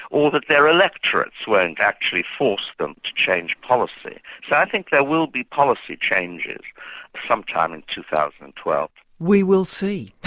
or that their electorates won't actually force them to change policy. so i think there will be policy changes some time in two thousand and twelve. we will see.